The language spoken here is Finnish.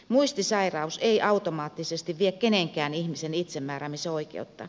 muistisairaus ei automaattisesti vie kenenkään ihmisen itsemääräämisoikeutta